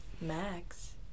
Max